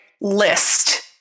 list